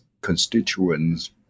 constituents